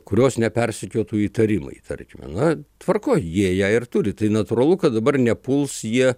kurios nepersekiotų įtarimai tarkime na tvarkoj jie ją ir turi tai natūralu kad dabar nepuls jie